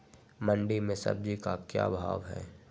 मंडी में सब्जी का क्या भाव हैँ?